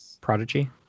Prodigy